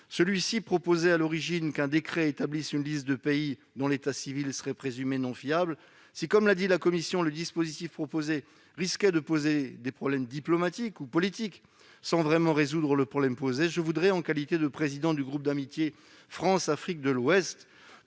qui proposait à l'origine qu'un décret établisse une liste de pays dont l'état civil serait présumé non fiable. Si, comme l'a dit la commission, le dispositif proposé risquait de poser des problèmes diplomatiques ou politiques sans vraiment résoudre le problème posé, je voudrais, en qualité de président du groupe d'amitié France-Afrique de l'Ouest,